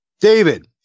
David